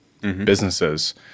businesses